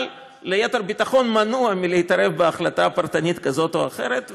אבל ליתר ביטחון מנוע מלהתערב בהחלטה פרטנית כזאת או אחרת,